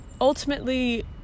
ultimately